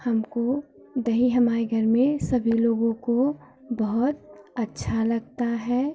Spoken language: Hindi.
हमको दही हमारे घर में सभी लोगों को बहुत अच्छा लगता है